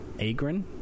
agrin